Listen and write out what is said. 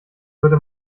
würde